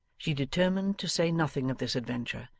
she determined to say nothing of this adventure,